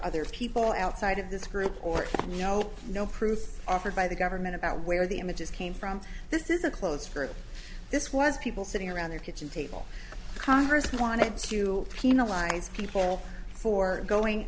other people outside of this group or you know no proof offered by the government about where the images came from this is a close friend this was people sitting around their kitchen table congress wanted to penalize people for going